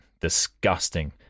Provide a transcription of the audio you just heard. Disgusting